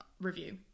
review